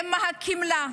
הם מחכים לה.